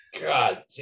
god